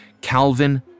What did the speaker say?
Calvin